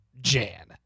Jan